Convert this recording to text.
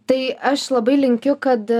tai aš labai linkiu kad